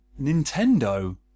Nintendo